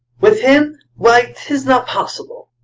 with him! why, tis not possible.